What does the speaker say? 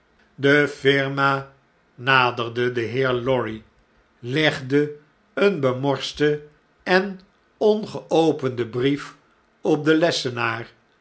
de firma naderde den heer lorry legde een bemorsten en ongeopenden brief op den lessenaar